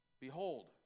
Behold